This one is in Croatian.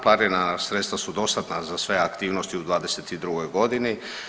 Planirana sredstva su dostatna za sve aktivnosti u '22. godini.